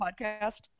podcast